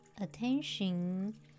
attention